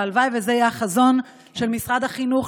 והלוואי שזה יהיה החזון של משרד החינוך,